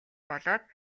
болоод